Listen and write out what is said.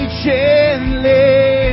gently